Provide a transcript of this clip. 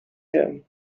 him